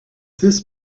this